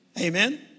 Amen